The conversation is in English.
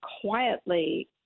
quietly